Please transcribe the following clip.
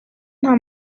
nta